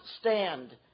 stand